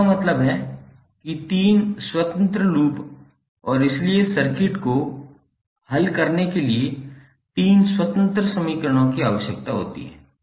इसका मतलब है कि 3 स्वतंत्र लूप और इसलिए सर्किट को हल करने के लिए 3 स्वतंत्र समीकरणों की आवश्यकता होती है